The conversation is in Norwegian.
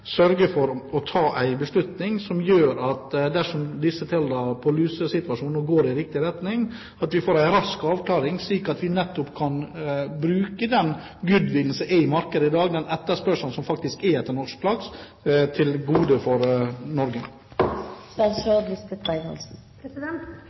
sørge for å ta en beslutning som gjør at vi dersom tallene når det gjelder lusesituasjonen, går i riktig retning, får en rask avklaring, slik at vi nettopp kan bruke den goodwillen som er i markedet i dag, den etterspørselen som faktisk er etter norsk laks, til gode for Norge?